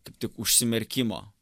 kaip tik užsimerkimo